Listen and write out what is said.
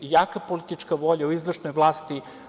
Jaka politička volja i u izvršnoj vlasti.